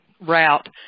route